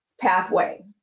pathway